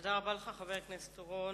תודה רבה לך, חבר הכנסת אורון.